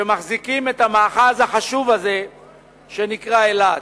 שמחזיקים את המאחז החשוב הזה שנקרא אילת.